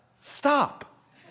stop